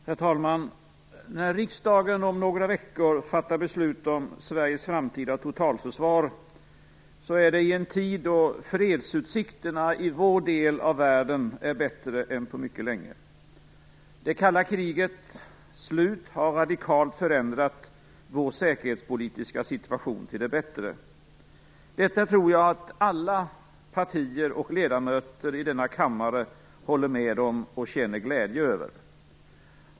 Herr talman! När riksdagen om några veckor fattar beslut om Sveriges framtida totalförsvar, så är det i en tid då fredsutsikterna i vår del av världen är bättre än på mycket länge. Det kalla krigets slut har radikalt förändrat vår säkerhetspolitiska situation till det bättre. Det tror jag att alla partier och ledamöter i denna kammare håller med om och känner glädje över.